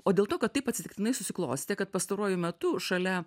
o dėl to kad taip atsitiktinai susiklostė kad pastaruoju metu šalia